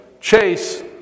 Chase